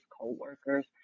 co-workers